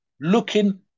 looking